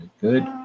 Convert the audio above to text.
good